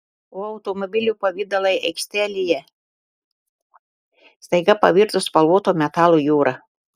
o automobilių pavidalai aikštelėje staiga pavirto spalvoto metalo jūra